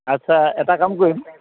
আচ্ছা এটা কাম কৰিম